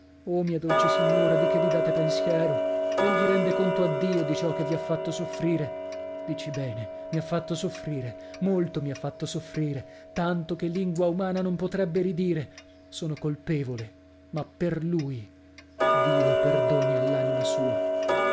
oh mia dolce signora di che vi date pensiero egli rende conto a dio di ciò che vi ha fatto soffrire dici bene mi ha fatto soffrire molto mi ha fatto soffrire tanto che lingua umana non potrebbe ridire sono colpevole ma per lui dio perdoni all'anima sua